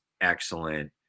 excellent